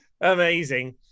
amazing